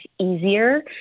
easier